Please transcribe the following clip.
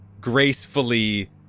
gracefully